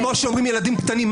כמו שאומרים ילדים קטנים,